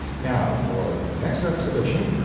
now, for next exhibition,